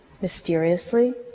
Mysteriously